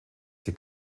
sie